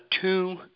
two